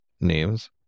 names